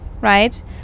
right